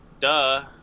duh